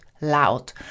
loud